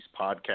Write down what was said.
podcast